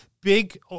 big